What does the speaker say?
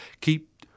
Keep